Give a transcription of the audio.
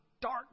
dark